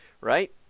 Right